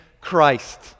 Christ